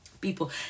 people